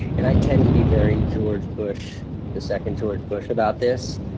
and i tend to be very george bush the second george bush about this.